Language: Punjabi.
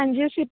ਹਾਂਜੀ ਅਸੀਂ